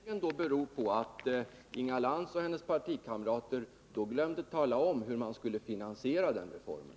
Herr talman! Det kan möjligen bero på att Inga Lantz och hennes partikamrater då glömde bort att tala om hur man skulle finansiera den reformen.